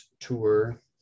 Tour